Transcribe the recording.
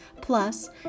Plus